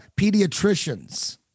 pediatricians